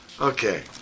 Okay